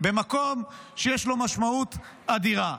במקום שיש לו משמעות אדירה.